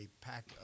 pack